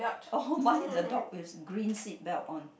oh mine the dog is green seatbelt on